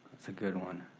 that's a good one.